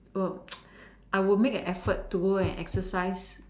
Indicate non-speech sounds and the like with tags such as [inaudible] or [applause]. err [noise] I would make an effort to go and exercise